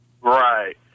Right